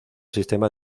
sistema